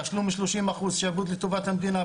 תשלום 30 אחוזים שיעבוד לטובת המדינה,